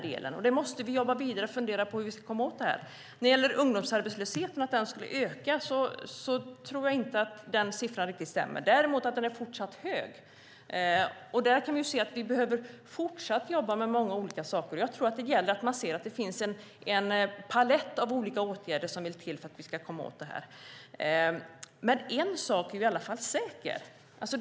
Då måste vi jobba vidare och fundera på hur vi ska komma åt det. När det gäller att ungdomsarbetslösheten skulle öka tror jag inte att siffran stämmer, däremot att den är fortsatt hög. Där kan vi se att vi behöver fortsatt jobba med många olika saker. Jag tror att det gäller att se att det behövs en palett av olika åtgärder för att vi ska komma åt det här. Men en sak är i alla fall säker.